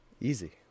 Easy